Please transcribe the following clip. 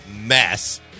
mess